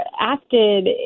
acted